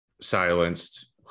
silenced